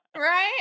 Right